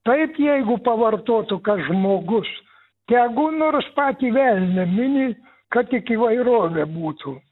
taip jeigu pavartotų kad žmogus tegu nors patį velnią mini kad tik įvairovė būtų